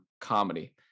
comedy